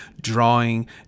drawing